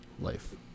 life